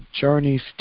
journeys